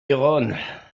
iran